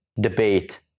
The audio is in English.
debate